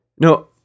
No